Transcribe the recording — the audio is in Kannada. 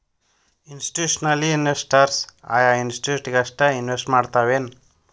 ಇನ್ಸ್ಟಿಟ್ಯೂಷ್ನಲಿನ್ವೆಸ್ಟರ್ಸ್ ಆಯಾ ಇನ್ಸ್ಟಿಟ್ಯೂಟ್ ಗಷ್ಟ ಇನ್ವೆಸ್ಟ್ ಮಾಡ್ತಾವೆನ್?